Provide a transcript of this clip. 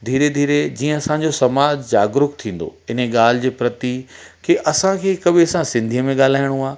धीरे धीरे जीअं असांजो समाज जागरूक थींदो इन ॻाल्हि जे प्रति की असांखे हिकु ॿिए सां सिंधीअ में ॻाल्हाइणो आहे